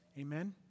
Amen